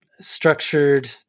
structured